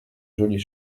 jolies